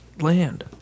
land